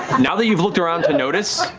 now that you've looked around to notice,